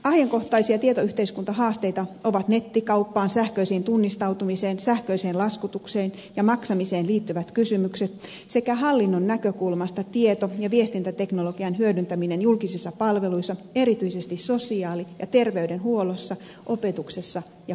ajankohtaisia tietoyhteiskuntahaasteita ovat nettikauppaan sähköiseen tunnistautumiseen sähköiseen laskutukseen ja maksamiseen liittyvät kysymykset sekä hallinnon näkökulmasta tieto ja viestintäteknologian hyödyntäminen julkisissa palveluissa erityisesti sosiaali ja terveydenhuollossa opetuksessa ja koulutuksessa